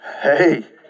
Hey